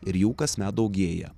ir jų kasmet daugėja